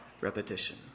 repetition